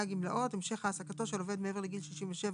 (גמלאות) (המשך העסקתו של עובד מעבר לגיל 67),